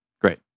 Great